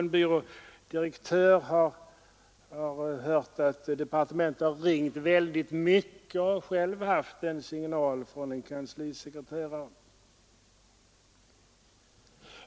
En byrådirektör har hört att departementet har ringt ”väldigt mycket” och har själv fått en signal från en kanslisekreterare.